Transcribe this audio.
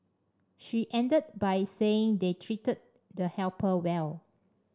she ended by saying they treated the helper well